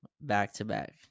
back-to-back